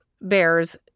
bears